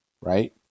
right